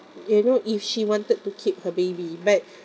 you know if she wanted to keep her baby but